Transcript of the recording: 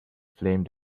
flame